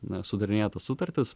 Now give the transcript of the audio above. na sudarinėja tas sutartis